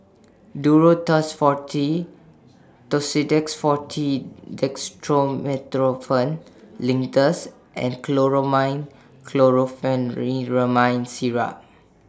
Duro Tuss Forte Tussidex Forte Dextromethorphan Linctus and Chlormine Chlorpheniramine Syrup